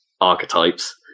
archetypes